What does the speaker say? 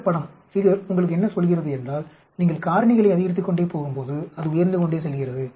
இந்த படம் உங்களுக்கு என்ன சொல்கிறது என்றால் நீங்கள் காரணிகளை அதிகரித்துக் கொண்டே போகும்போது அது உயர்ந்து கொண்டே செல்கிறது